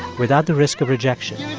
without the risk of rejection